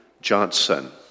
Johnson